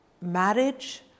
marriage